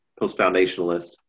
post-foundationalist